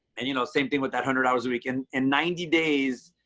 and you know same thing with that hundred hours a week. and in ninety days,